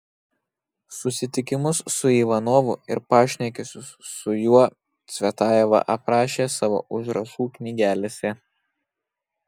susitikimus su ivanovu ir pašnekesius su juo cvetajeva aprašė savo užrašų knygelėse